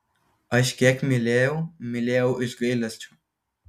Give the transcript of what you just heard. aš kiek mylėjau mylėjau iš gailesčio